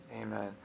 Amen